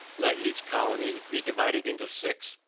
let each colony be divided into six,